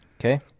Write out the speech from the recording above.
Okay